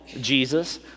Jesus